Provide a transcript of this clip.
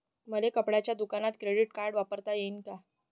मले कपड्याच्या दुकानात क्रेडिट कार्ड वापरता येईन का?